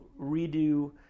redo